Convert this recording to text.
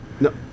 No